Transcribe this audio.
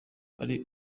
ari